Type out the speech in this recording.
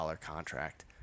contract